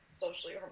socially